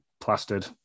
plastered